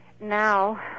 Now